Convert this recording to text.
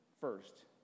first